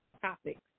topics